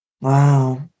Wow